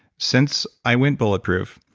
since i went bulletproof,